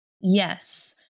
yes